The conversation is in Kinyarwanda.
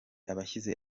abashyize